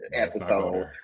episode